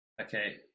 Okay